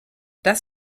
das